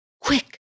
Quick